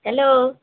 hello